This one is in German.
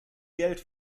geld